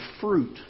fruit